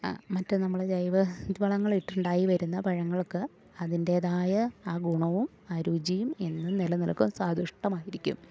മറ്റെ നമ്മൾ ജൈവ വളങ്ങൾ ഇട്ടുണ്ടായി വരുന്ന പഴങ്ങൾക്ക് അതിൻറ്റേതായ ആ ഗുണവും ആ രുചിയും എന്നും നില നിൽക്കും അത് സ്വാദിഷ്ടമായിരിക്കും